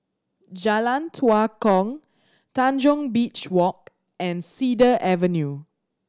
Jalan Tua Kong Tanjong Beach Walk and Cedar Avenue